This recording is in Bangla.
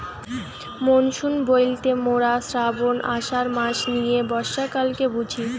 মনসুন বইলতে মোরা শ্রাবন, আষাঢ় মাস নিয়ে বর্ষাকালকে বুঝি